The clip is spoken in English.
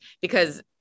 because-